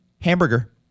Hamburger